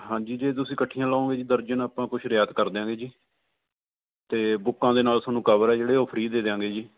ਹਾਂਜੀ ਜੇ ਤੁਸੀਂ ਇਕੱਠੀਆਂ ਲਾਓਗੇ ਜੀ ਦਰਜਨ ਆਪਾਂ ਕੁਝ ਰਿਆਤ ਕਰਦਿਆਂਗੇ ਜੀ ਤੇ ਬੁੱਕਾਂ ਦੇ ਨਾਲ ਤੁਹਾਨੂੰ ਕਵਰ ਹ ਜਿਹੜੇ ਉਹ ਫ੍ਰੀ ਦੇ ਦਿਆਂਗੇ ਜੀ